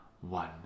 one